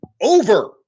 over